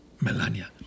Melania